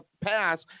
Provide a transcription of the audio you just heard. pass